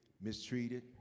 mistreated